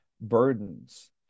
burdens